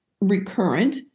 recurrent